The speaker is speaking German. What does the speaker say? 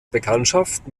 bekanntschaft